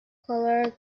color